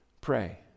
Pray